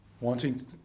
wanting